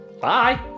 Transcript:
Bye